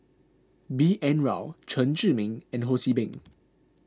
B N Rao Chen Zhiming and Ho See Beng